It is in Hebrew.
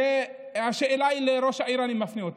אני מפנה את השאלה לראש העיר.